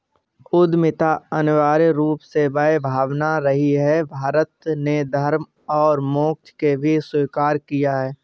उद्यमिता अनिवार्य रूप से वह भावना रही है, भारत ने धर्म और मोक्ष के बीच स्वीकार किया है